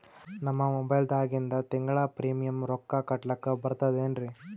ನಮ್ಮ ಮೊಬೈಲದಾಗಿಂದ ತಿಂಗಳ ಪ್ರೀಮಿಯಂ ರೊಕ್ಕ ಕಟ್ಲಕ್ಕ ಬರ್ತದೇನ್ರಿ?